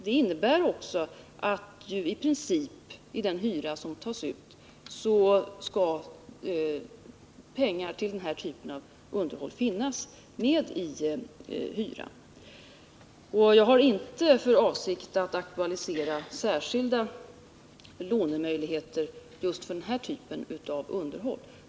Det innebär också i princip att i den hyra som tas ut skall pengar till denna typ av underhåll finnas med. Jag har inte för avsikt att aktualisera särskilda lånemöjligheter för just den här typen av underhåll.